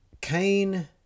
Cain